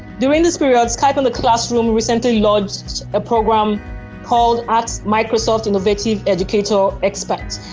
during this period skype in the classroom recently launched a program called ask microsoft innovative educator expert,